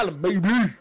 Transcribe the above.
baby